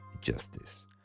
justice